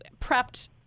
prepped